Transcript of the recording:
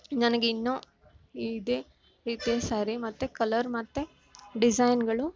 ನನಗೆ ಇನ್ನೂ ಇದೆ ಇದೆ ಸ್ಯಾರಿ ಮತ್ತು ಕಲರ್ ಮತ್ತು ಡಿಸೈನ್ಗಳು